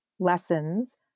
lessons